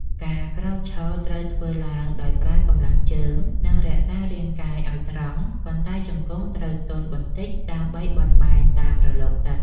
ការក្រោកឈរត្រូវធ្វើឡើងដោយប្រើកម្លាំងជើង និងរក្សារាងកាយឱ្យត្រង់ ប៉ុន្តែជង្គង់ត្រូវទន់បន្តិចដើម្បីបត់បែនតាមរលកទឹក។